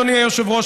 אדוני היושב-ראש,